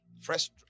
Fresh